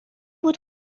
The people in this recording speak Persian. بود